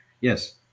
Yes